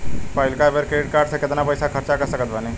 पहिलका बेर credit card से केतना पईसा खर्चा कर सकत बानी?